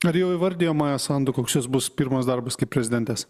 ar jau įvardijama sandu koks jos bus pirmas darbas kaip prezidentės